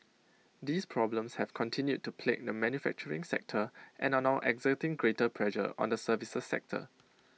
these problems have continued to plague the manufacturing sector and are now exerting greater pressure on the services sector